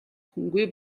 хүнгүй